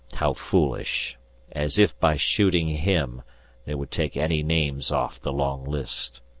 how foolish as if by shooting him they would take any names off the long list.